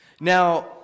Now